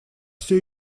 все